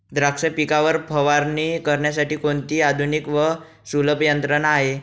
द्राक्ष पिकावर फवारणी करण्यासाठी कोणती आधुनिक व सुलभ यंत्रणा आहे?